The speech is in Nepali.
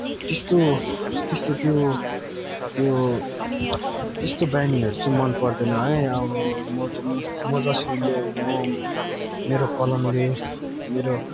यस्तो त्यस्तो त्यो त्यो त्यस्तो बानीहरू चाहिँ मनपर्दैन है अब म म जसरी ले म मेरो कलमले मेरो